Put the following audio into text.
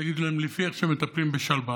תגידו להם: לפי איך שמטפלים בשלוה.